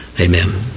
Amen